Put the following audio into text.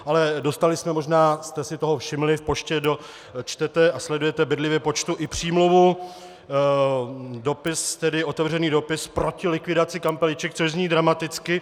Ale dostali jsme, možná jste si toho všimli v poště, kdo čtete a sledujete bedlivě poštu, i přímluvu, otevřený dopis proti likvidaci kampeliček, což zní dramaticky.